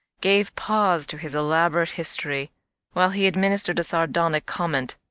gave pause to his elaborate history while he administered a sardonic comment.